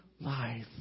life